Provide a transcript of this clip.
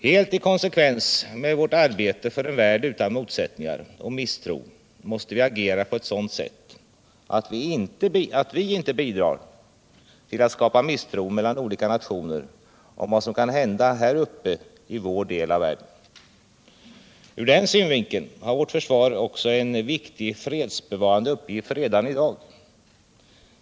Helt i konsekvens med vårt arbete för en värld utan motsättningar och misstro måste vi agera på ett sådant sätt att vi inte bidrar till att skapa misstro mellan oliza nationer om vad som kan hända här uppe i vår del av världen. Ur den synvinkeln har vårt försvar en viktig fredsbevarande uppgift redan i dag.